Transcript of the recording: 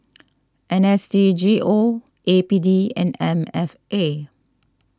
N S D G O A P D and M F A